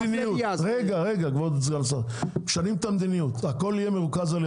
המדיניות: הכל יהיה מרוכז.